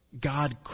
God